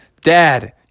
dad